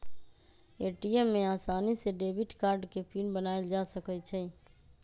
ATM में आसानी से डेबिट कार्ड के पिन बनायल जा सकई छई